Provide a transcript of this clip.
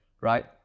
right